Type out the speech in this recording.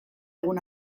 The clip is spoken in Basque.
egun